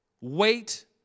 Wait